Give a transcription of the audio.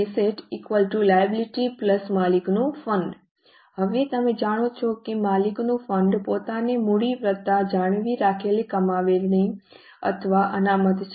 assets liability માલિકોનું fund હવે તમે જાણો છો કે માલિકોનું ફંડ પોતે મૂડી વત્તા જાળવી રાખેલી કમાણી અથવા અનામત છે